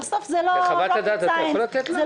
בסוף זה לא מדעי טילים.